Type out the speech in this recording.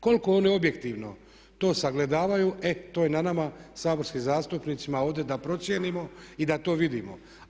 Koliko oni objektivno to sagledavaju, e to je na nama saborskim zastupnicima ovdje da procijenimo i da to vidimo.